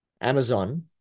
Amazon